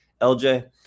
LJ –